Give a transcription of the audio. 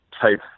type